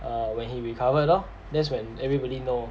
err when he recovered lor that's when everybody know